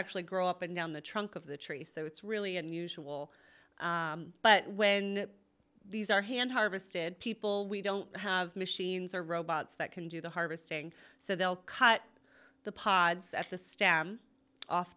actually grow up and down the trunk of the tree so it's really unusual but when these are hand harvested people we don't have machines or robots that can do the harvesting so they'll cut the